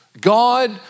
God